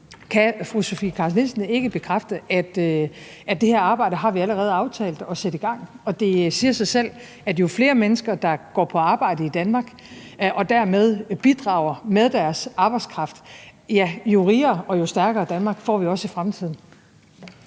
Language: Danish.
Kan fru Sofie Carsten Nielsen ikke bekræfte, at det arbejde har vi allerede aftalt at sætte i gang? Og det siger sig selv, at jo flere mennesker der går på arbejde i Danmark og dermed bidrager med deres arbejdskraft, jo rigere og stærkere et Danmark får vi også i fremtiden.